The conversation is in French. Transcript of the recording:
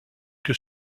que